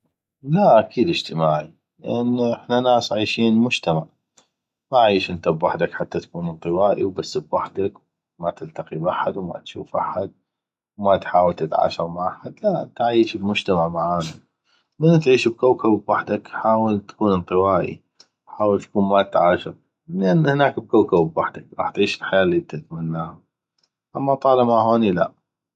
لا اكيد اجتماعي لان احنا ناس عيشين بمجتمع ما عيش ببحدك حته تكون انطوائي وبس بحدك ما تلتقي ب احد وما تشوف احد وما تحاول تتعاشر مع أحد لا انته عيش بمجتمع معانا من تعيش بكوكب بحدك حاول تكون انطوائي تكون ما تتعاشر لان هناك بكوكب بحدك غاح تعيش الحياة اللي انته تتمناها اما طالما هوني لا